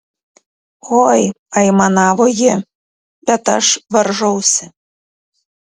oi aimanavo ji bet aš varžausi